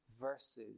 verses